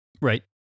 Right